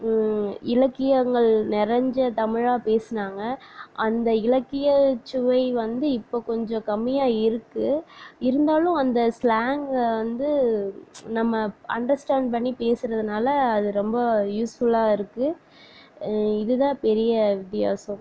இலக்கியங்கள் நிறஞ்ச தமிழாக பேசினாங்க அந்த இலக்கிய சுவை வந்து இப்போ கொஞ்சம் கம்மியாக இருக்குது இருந்தாலும் அந்த ஸ்லாங்கை வந்து நம்ம அண்டஸ்டாண்ட் பண்ணி பேசுகிறதுனால அது ரொம்ப யூஸ்ஃபுல்லாக இருக்குது இதுதான் பெரிய வித்தியாசம்